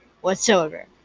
whatsoever